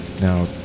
Now